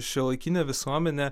šiuolaikinė visuomenė